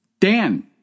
Dan